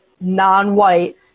non-white